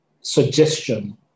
suggestion